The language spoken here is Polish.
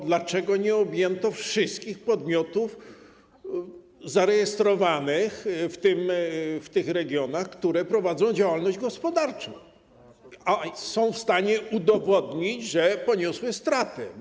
Dlaczego nie objęto wszystkich podmiotów zarejestrowanych w tych regionach, które prowadzą działalność gospodarczą, a są w stanie udowodnić, że poniosły stratę?